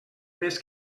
mes